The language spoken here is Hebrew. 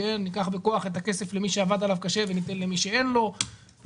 ניקח בכוח את הכסף למי שעבד עליו קשה וניתן למי שאין לו ועאידה